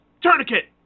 tourniquet